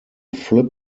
flip